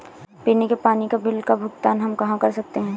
पीने के पानी का बिल का भुगतान हम कहाँ कर सकते हैं?